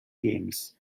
games